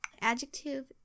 adjective